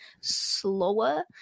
slower